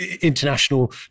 international